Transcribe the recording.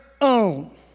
own